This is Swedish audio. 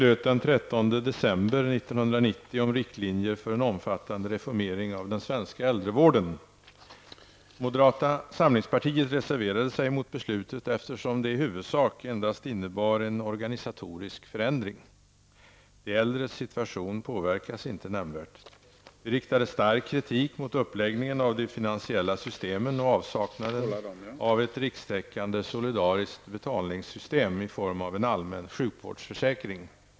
Herr talman! Riksdagen beslöt den 13 december Moderata samlingspartiet reserverade sig mot beslutet eftersom det i huvudsak endast innebär en organisatorisk förändring. De äldres situation påverkas inte nämnvärt. Vi riktade stark kritik mot uppläggningen av de finansiella systemen och avsaknaden av ett rikstäckande solidariskt betalningssystem i form av en allmän sjukvårdsförsäkring.